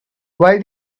why